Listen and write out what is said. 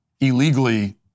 illegally